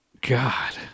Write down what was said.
God